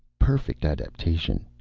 perfect adaptation,